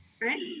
right